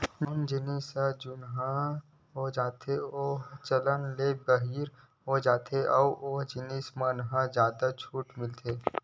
जउन जिनिस ह जुनहा हो जाथेए चलन ले बाहिर हो जाथे ओ जिनिस मन म जादा छूट मिलथे